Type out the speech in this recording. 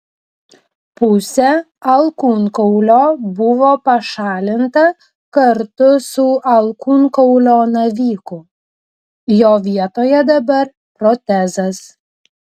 pusė alkūnkaulio buvo pašalinta kartu su alkūnkaulio naviku jo vietoje dabar protezas